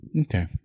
okay